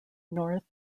north